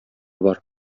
бар